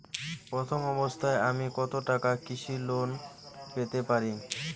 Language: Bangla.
প্রথম অবস্থায় আমি কত টাকা কৃষি লোন পেতে পারি?